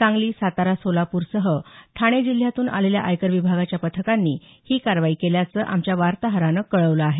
सांगली सातारा सोलापूरसह ठाणे जिल्ह्यातून आलेल्या आयकर विभागाच्या पथकांनी ही कारवाई केल्याचं आमच्या वार्ताहरानं कळवलं आहे